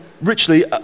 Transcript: richly